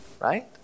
Right